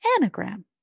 anagram